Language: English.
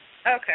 Okay